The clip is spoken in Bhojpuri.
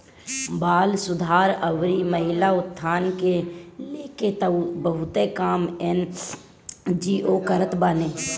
बाल सुधार अउरी महिला उत्थान के लेके तअ बहुते काम एन.जी.ओ करत बाने